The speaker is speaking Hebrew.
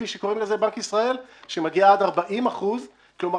כפי שקוראים לזה בבנק ישראל שמגיעה עד 40%. זאת אומרת,